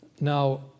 Now